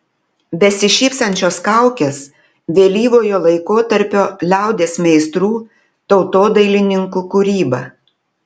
besišypsančios kaukės vėlyvojo laikotarpio liaudies meistrų tautodailininkų kūryba